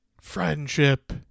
Friendship